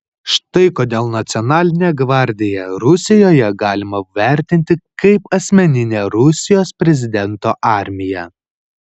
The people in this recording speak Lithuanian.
štai kodėl nacionalinę gvardiją rusijoje galima vertinti kaip asmeninę rusijos prezidento armiją